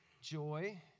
joy